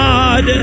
God